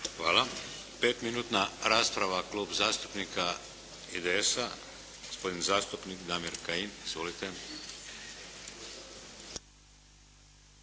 Hvala. Pet minutna rasprava, Klub zastupnika IDS-a, gospodin zastupnik Damir Kajin. Izvolite.